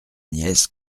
nièce